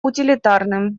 утилитарным